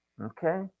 okay